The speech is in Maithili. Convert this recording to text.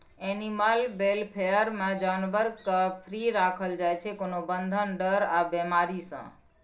एनिमल बेलफेयर मे जानबर केँ फ्री राखल जाइ छै कोनो बंधन, डर आ बेमारी सँ